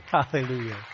Hallelujah